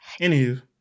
Anywho